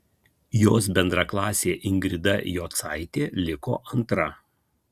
jos bendraklasė ingrida jocaitė liko antra